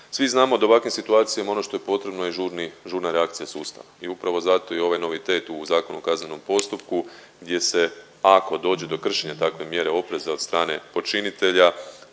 Svi znamo da u ovakvim situacijama ono što je potrebno je žurni, žurna reakcija sustava i upravo zato je i ovaj novitet u Zakonu o kaznenom postupku gdje se, ako dođe do kršenja takve mjere opreza od strane počinitelja,